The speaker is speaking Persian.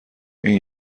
این